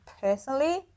personally